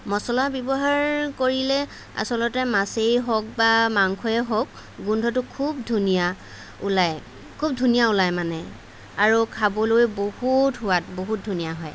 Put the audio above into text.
মচলা ব্যৱহাৰ কৰিলে আচলতে মাছেই হওক বা মাংসই হওক গোন্ধটো খুব ধুনীয়া ওলায় খুব ধুনীয়া ওলায় মানে আৰু খাবলৈ বহুত সোৱাদ বহুত ধুনীয়া হয়